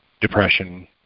depression